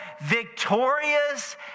victorious